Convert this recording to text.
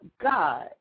God